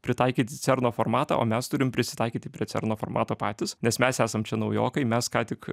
pritaikyti cerno formatą o mes turim prisitaikyti prie cerno formato patys nes mes esam čia naujokai mes ką tik